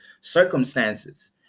circumstances